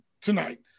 tonight